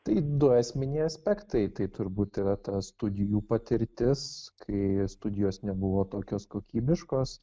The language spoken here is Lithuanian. tai du esminiai aspektai tai turbūt yra ta studijų patirtis kai studijos nebuvo tokios kokybiškos